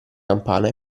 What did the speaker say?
campana